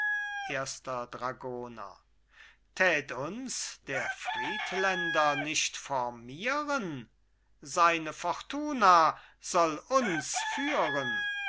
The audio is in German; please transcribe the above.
erster dragoner tät uns der friedländer nicht formieren seine fortuna soll uns führen